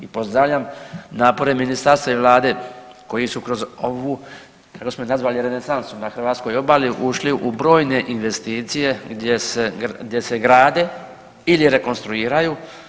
I pozdravljam napore ministarstva i vlade koji su kroz ovu, kako smo je nazvali renesansu na hrvatskoj obali, ušli u brojne investicije gdje se, gdje se grade ili rekonstruiraju.